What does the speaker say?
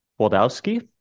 waldowski